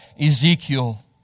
Ezekiel